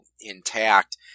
intact